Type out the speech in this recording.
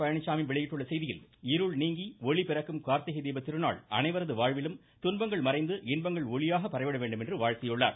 பழனிச்சாமி வெளியிட்டுள்ள செய்தியில் இருள் நீங்கி ஒளி பிறக்கும் கார்த்திகை தீப திருநாள் அனைவரது வாழ்விலும் துன்பங்கள் மறைந்து இன்பங்கள் ஒளியாக பரவிட வேண்டும் என்று வாழ்த்தியுள்ளார்